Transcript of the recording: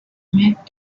made